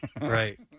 Right